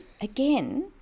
again